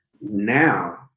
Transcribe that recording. now